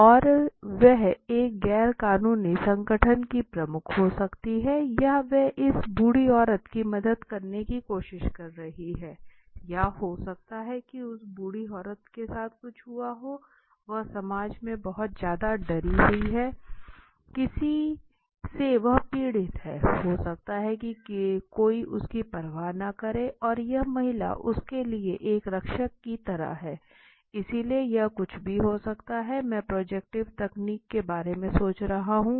और वह एक गैर सरकारी संगठन की प्रमुख हो सकती है या वह इस बूढ़ी औरत की मदद करने की कोशिश कर रही है या हो सकता है कि उस बूढ़ी औरत के साथ कुछ हुआ हो वह समाज में बहुत ज्यादा डरी हुई है किसी से वह पीड़ित है हो सकता है कि कोई उसकी परवाह न करे और यह महिला उसके लिए एक रक्षक की तरह है इसलिए यह कुछ भी हो सकता है मैं प्रोजेक्टिव तकनीक के बारे में सोच रहा हूँ